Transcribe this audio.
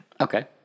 Okay